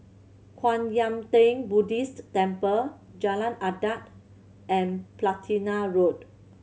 Kwan Yam Theng Buddhist Temple Jalan Adat and Platina Road